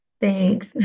thanks